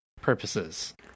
purposes